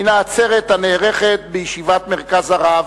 מן העצרת הנערכת בישיבת "מרכז הרב",